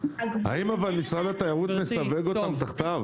האם אבל משרד התיירות מסווג אותם תחתיו?